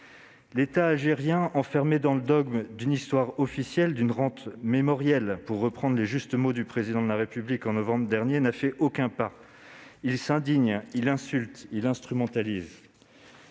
L'État algérien, enfermé dans le dogme d'une histoire officielle et d'une « rente mémorielle », pour reprendre les mots justes que le Président de la République a prononcés au mois de novembre dernier, n'a fait aucun pas. Il s'indigne, il insulte, il instrumentalise.